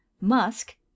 Musk